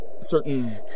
certain